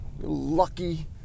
lucky